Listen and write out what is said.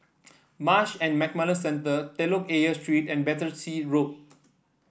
Marsh and McLennan Centre Telok Ayer Street and Battersea Road